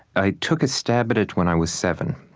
i took a stab at it when i was seven.